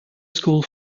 school